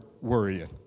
worrying